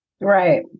Right